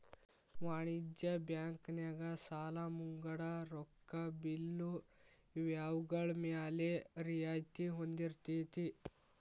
ವಾಣಿಜ್ಯ ಬ್ಯಾಂಕ್ ನ್ಯಾಗ ಸಾಲಾ ಮುಂಗಡ ರೊಕ್ಕಾ ಬಿಲ್ಲು ಇವ್ಗಳ್ಮ್ಯಾಲೆ ರಿಯಾಯ್ತಿ ಹೊಂದಿರ್ತೆತಿ